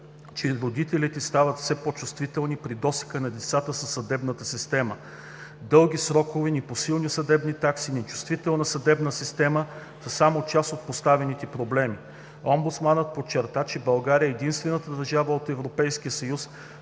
че родителите стават все по-чувствителни при досега на децата със съдебната система. Дълги срокове, непосилни съдебни такси, нечувствителна съдебна система са само част от поставените проблемите. Омбудсманът подчерта, че България е единствената държава от Европейския съюз,